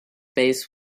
base